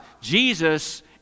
Jesus